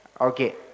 Okay